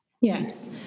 Yes